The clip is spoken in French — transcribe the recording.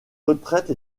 retraite